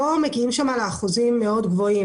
לא מגיעים שם לאחוזים מאוד גבוהים.